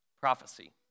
Prophecy